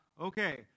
okay